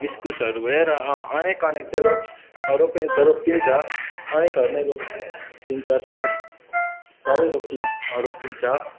इस्कुसहरू भयो र अनेक अनेक चाहिँ रोप् रोपे त रोपिन्छ अनेकहरू नै रोप्पिन्छ सबै रोकिन् रोपिन्छ